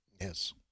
Yes